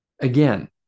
Again